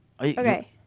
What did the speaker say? Okay